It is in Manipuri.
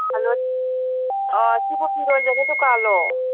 ꯍꯂꯣ ꯁꯤꯕꯨ ꯐꯤꯔꯣꯟ ꯌꯣꯟꯕ ꯗꯨꯀꯥꯟꯂꯣ